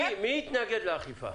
מי התנגד לאכיפה?